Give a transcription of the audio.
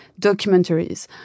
documentaries